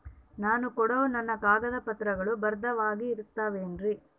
ನಾನು ಕೊಡೋ ನನ್ನ ಕಾಗದ ಪತ್ರಗಳು ಭದ್ರವಾಗಿರುತ್ತವೆ ಏನ್ರಿ?